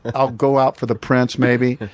i'll go out for the prince, maybe.